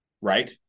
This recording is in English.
Right